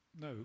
no